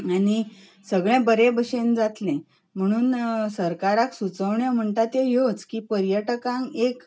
आनी सगळें बरे भशेन जातलें म्हणून सरकाराक सुचोवण्यो म्हणटात त्यो ह्योच की पर्यटकांक एक